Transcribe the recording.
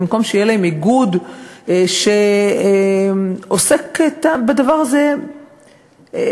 במקום שיהיה להם איגוד שעוסק בדבר הזה עבורם,